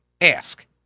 ask